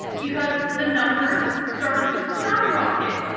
because the numbers started to skyrocket.